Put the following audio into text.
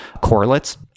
correlates